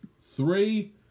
Three